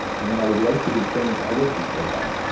and that i would like to give training to other people about,